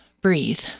Breathe